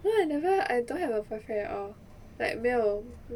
well I never I don't have a boyfriend at all like 没有